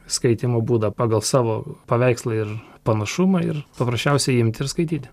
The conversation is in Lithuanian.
skaitymo būdą pagal savo paveikslą ir panašumą ir paprasčiausiai imti ir skaityti